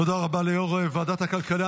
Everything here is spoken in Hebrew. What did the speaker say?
תודה רבה ליו"ר ועדת הכלכלה.